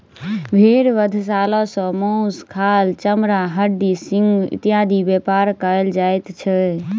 भेंड़ बधशाला सॅ मौस, खाल, चमड़ा, हड्डी, सिंग इत्यादिक व्यापार कयल जाइत छै